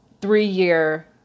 three-year